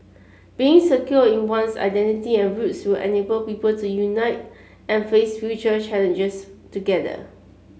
being secure in one's identity and roots will enable people to unite and face future challenges together